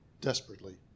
desperately